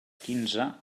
quinze